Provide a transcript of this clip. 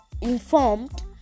informed